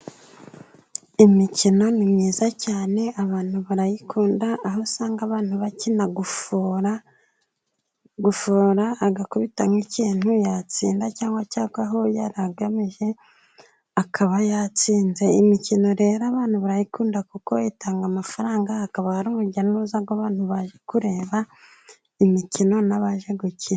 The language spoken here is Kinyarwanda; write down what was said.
Imikino ni myiza cyane abantu barayikunda, aho usanga abana bakina gufora, gufora agakubita nk'ikintu yatsinda cyangwa cyagwa aho yari agamije akaba yatsinze, imikino rero abana barayikunda kuko itanga amafaranga, hakaba hari urujya n'uruza rw'abantu baje kureba imikino n'abaje gukina.